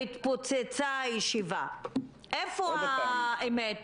התפוצצה הישיבה - איפה האמת?